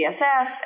CSS